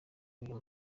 uyu